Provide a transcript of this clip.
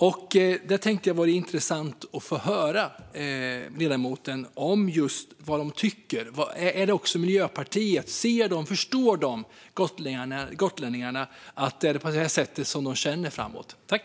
Jag tänkte att det vore intressant att höra, ledamoten, om Miljöpartiet förstår att gotlänningarna känner på det här sättet inför framtiden.